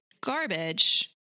garbage